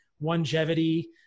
longevity